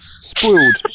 Spoiled